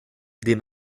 des